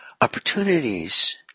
opportunities